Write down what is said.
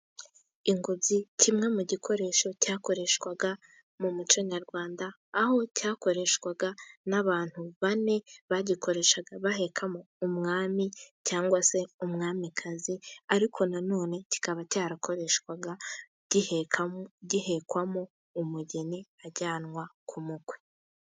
Ingobyi kimwe mu bikoresho cyakoreshwa mu muco nyarwanda, aho cyakoreshwaga n'abantu bane, bagikoreshaga bahekamo umwami cyangwa se umwamikazi, ariko na none kikaba cyarakoreshwaga gihekwamo umugeni ajyanwa ku mukwe.